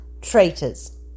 traitors